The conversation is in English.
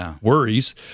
worries